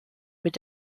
mit